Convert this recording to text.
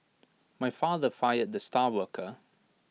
my father fired the star worker